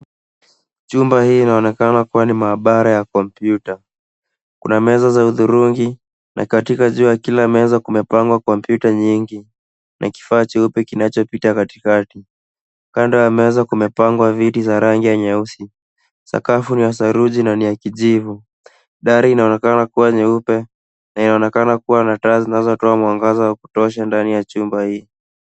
Chumba hii inaonekana kuwa ni maabara ya kompyuta. Kuna meza za hudhurungi na katika juu ya kila meza kumepangwa kompyuta nyingi na kifaa cheupe kinachopita katikati. Kando ya meza kumepangwa viti za rangi ya nyeusi. Sakafu ni ya saruji na ni ya kijivu. Dari inaonekana kuwa nyeupe na inaonekana kuwa na taa zinazotoa mwangaza wa kutosha ndani ya chumba hii.